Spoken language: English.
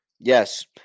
Yes